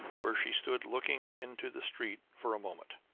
where she stood looking into the street for a moment.